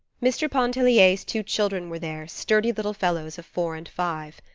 mr. pontellier's two children were there sturdy little fellows of four and five.